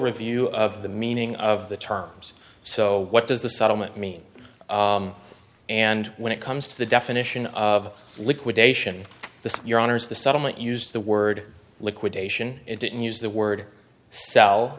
review of the meaning of the terms so what does the settlement mean and when it comes to the definition of liquidation the your honour's the settlement used the word liquidation it didn't use the word sell